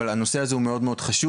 אבל הנושא הזה הוא מאוד חשוב.